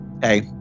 Hey